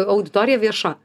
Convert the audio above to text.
auditorija vieša